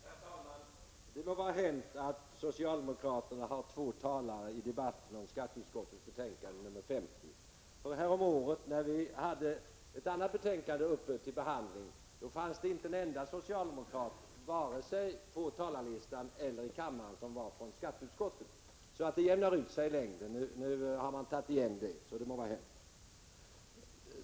Herr talman! Det må vara hänt att socialdemokraterna har två talare i debatten om skatteutskottets betänkande 50. Häromåret, när vi hade ett annat betänkande uppe till behandling fanns det inte en enda socialdemokrat från skatteutskottet vare sig på talarlistan eller i kammaren. Det jämnar ut sig i längden. Nu har man tagit igen det.